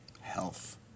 Health